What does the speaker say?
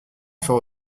faire